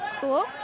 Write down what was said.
Cool